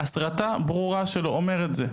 הסרטה ברורה שלו אומר את זה.